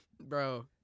Bro